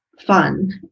fun